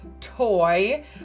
toy